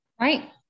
Right